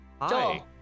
Hi